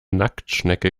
nacktschnecke